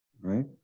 right